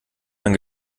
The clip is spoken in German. man